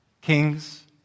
kings